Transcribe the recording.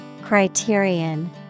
Criterion